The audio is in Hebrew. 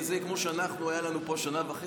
כמו שהיה לנו פה שנה וחצי.